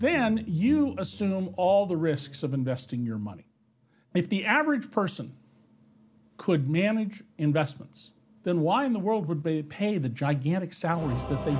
then you assume all the risks of investing your money if the average person could manage investments then why in the world would be pay the gigantic salaries t